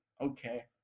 okay